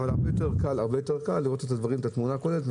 אבל הרבה יותר קל לראות את התמונה הכוללת.